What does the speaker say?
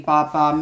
Papa